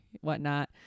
whatnot